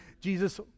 Jesus